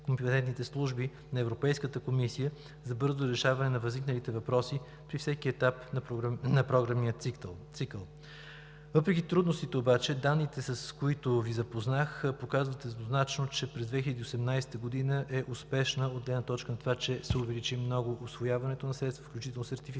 компетентните служби на Европейската комисия за бързо решаване на възникналите въпроси при всеки етап на програмния цикъл. Въпреки трудностите обаче, данните с които Ви запознах, показват еднозначно, че 2018 г. е успешна от гледна точка на това, че се увеличи много усвояването на средства, включително сертифицирането,